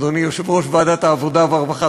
אדוני יושב-ראש ועדת העבודה והרווחה,